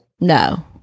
No